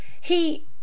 He—